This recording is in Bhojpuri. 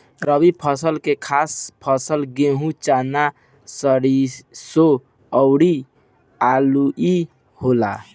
रबी फसल के खास फसल गेहूं, चना, सरिसो अउरू आलुइ होला